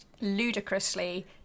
ludicrously